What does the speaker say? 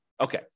Okay